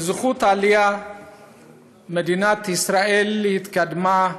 בזכות העלייה מדינת ישראל התקדמה,